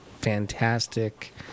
fantastic